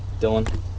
Dylan